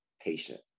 patient